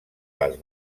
les